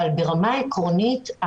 אבל ברמה עקרונית,